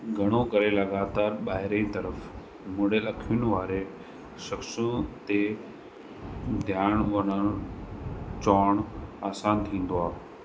घणो करे लॻातारु ॿाहिरें तरफ़ मुड़ियलु अखियुनि वारे शख़्स ते ध्यानु वञणु चवणु आसान थींदो आहे